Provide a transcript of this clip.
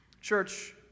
Church